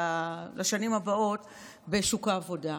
לשנים הבאות בשוק העבודה?